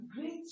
great